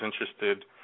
interested